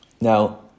Now